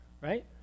right